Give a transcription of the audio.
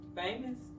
famous